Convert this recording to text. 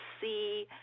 see